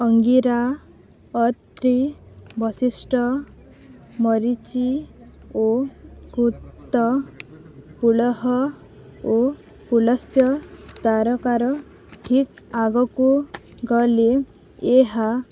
ଅଙ୍ଗୀରା ଅତ୍ରି ବଶିଷ୍ଠ ମରୀଚି ଓ କ୍ରତୁ ପୁଲହ ଓ ପୁଲସ୍ତ୍ୟ ତାରକାର ଠିକ୍ ଆଗକୁ ଗଲେ ଏହା